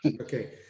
Okay